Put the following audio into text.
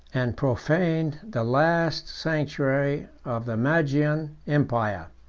and profaned the last sanctuary of the magian empire.